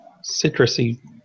citrusy